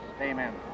amen